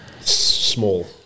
small